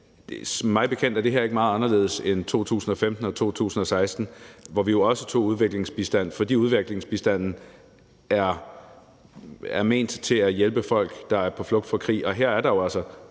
her mig bekendt ikke meget anderledes end i 2015 og 2016, hvor vi jo også tog udviklingsbistand, fordi udviklingsbistanden er ment til at hjælpe folk, der er på flugt fra krig,